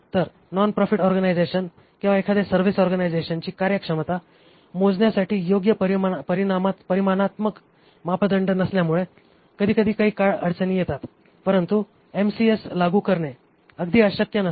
तर non profit organisation किंवा एखादे सर्व्हिस ऑर्गनायझेशनची कार्यक्षमता मोजण्यासाठी योग्य परिमाणात्मक मापदंड नसल्यामुळे कधीकधी काही काळ अडचणी येतात परंतु MCS लागू करणे अगदी अशक्य नसते